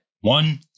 One